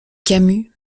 camus